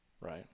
right